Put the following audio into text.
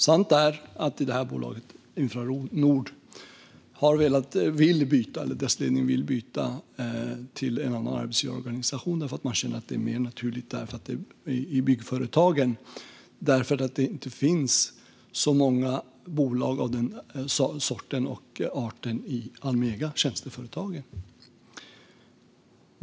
Sant är att bolaget Infranords ledning vill byta till en annan arbetsgivarorganisation. Man känner att det är mer naturligt med Byggföretagen då det inte finns så många bolag av denna art i Almega Tjänsteföretagen.